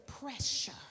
Pressure